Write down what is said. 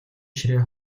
ширээ